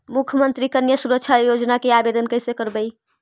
मुख्यमंत्री कन्या सुरक्षा योजना के आवेदन कैसे करबइ?